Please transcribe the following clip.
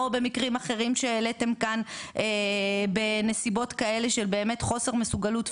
או במקרים אחרים שהעליתם כאן בנסיבות כאלה של באמת חוסר מסוגלות פיזית,